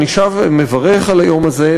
אני שב ומברך על היום הזה,